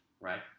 right